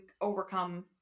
overcome